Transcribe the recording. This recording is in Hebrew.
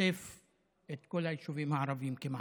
ששוטף את כל היישובים הערביים כמעט.